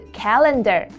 calendar